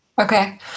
Okay